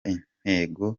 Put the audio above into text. intego